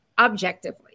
objectively